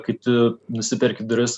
kai tu nusiperki duris